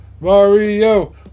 Mario